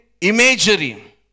imagery